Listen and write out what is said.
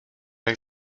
jak